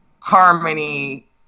harmony